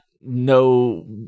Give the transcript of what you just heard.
no